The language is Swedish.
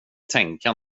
tänka